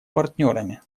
партнерами